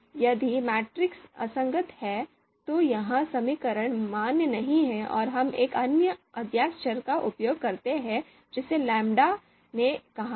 यदि मैट्रिक्स असमान है तो यह समीकरण मान नहीं है और हम एक अन्य अज्ञात चर का उपयोग करते हैं जिसे लैम्ब्डा ने कहा है